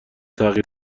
تغییر